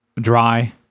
dry